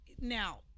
now